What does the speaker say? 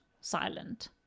silent